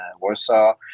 warsaw